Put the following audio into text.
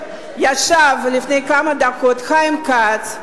ישב כאן לפני כמה דקות חיים כץ,